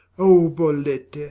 oh, bolette,